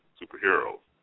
superheroes